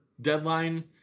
deadline